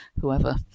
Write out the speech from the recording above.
whoever